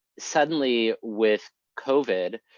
suddenly, with covid,